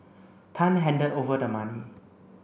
Tan handed over the money